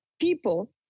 people